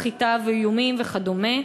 סחיטה ואיומים וכדומה.